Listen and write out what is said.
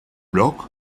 bloch